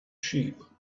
sheep